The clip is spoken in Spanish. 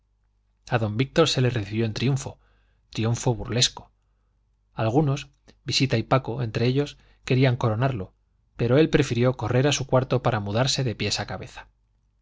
a don víctor se le recibió en triunfo triunfo burlesco algunos visita y paco entre ellos querían coronarlo pero él prefirió correr a su cuarto para mudarse de pies a cabeza